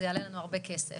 זה יעלה לנו המון כסף.